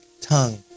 tongue